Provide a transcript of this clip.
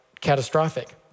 catastrophic